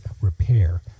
Repair